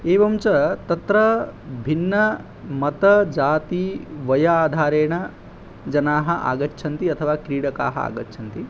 एवं च तत्र भिन्नमतजातिवयाधारेण जनाः आगच्छन्ति अथवा क्रीडकाः आगच्छन्ति